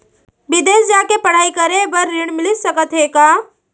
बिदेस जाके पढ़ई करे बर ऋण मिलिस सकत हे का?